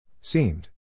Seemed